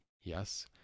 Yes